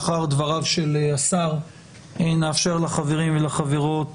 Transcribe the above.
לאחר דבריו של השר נאפשר לחברים ולחברות